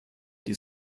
die